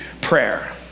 prayer